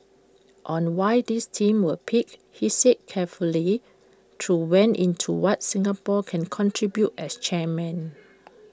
on why these themes were picked he said carefully through went into what Singapore can contribute as chairman